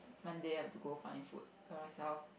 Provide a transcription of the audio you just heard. Monday I have to go find food Carousell